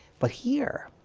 but here,